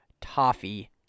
toffee